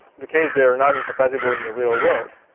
the case they are not incompatible in the real world,